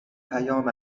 پیام